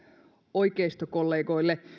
oikeistokollegoille